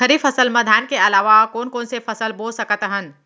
खरीफ फसल मा धान के अलावा अऊ कोन कोन से फसल बो सकत हन?